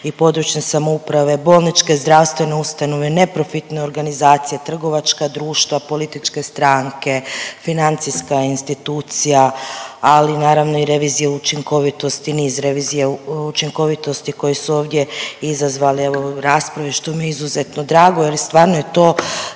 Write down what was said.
i područne samouprave, bolničke zdravstvene ustanove, neprofitne organizacije, trgovačka društva, političke stranke, financijska institucija, ali naravno i revizije učinkovitosti, niz revizija učinkovitosti koje su ovdje izazvale, evo, rasprave, što mi je izuzetno drago jer i stvarno je to